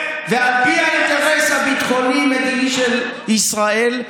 ועל פי האינטרס הביטחוני-מדיני של ישראל.